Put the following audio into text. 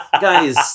guys